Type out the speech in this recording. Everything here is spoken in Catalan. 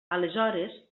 aleshores